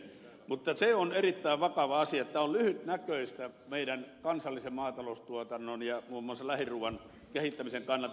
mutta se on erittäin vakava asia että tämä on lyhytnäköistä meidän kansallisen maataloustuotannon ja muun muassa lähiruuan kehittämisen kannalta